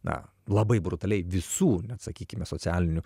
na labai brutaliai visų net sakykime socialinių